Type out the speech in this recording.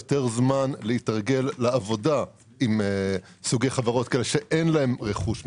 יותר זמן להתרגל לעבודה עם סוגי חברות כאלה שאין להם רכוש ממשי,